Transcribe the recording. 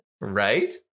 Right